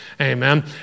Amen